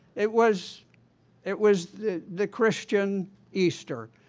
it was it was the the christian easter,